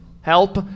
help